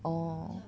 orh